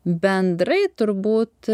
bendrai turbūt